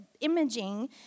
imaging